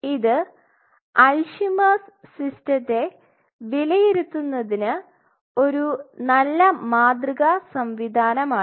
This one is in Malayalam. ഇത് അൽഷിമേഴ്സ് സിസ്റ്റത്തെAlzheimer's system വിലയിരുത്തുന്നതിന് ഒരു നല്ല മാതൃക സംവിധാനമാണ്